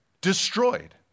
destroyed